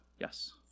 Yes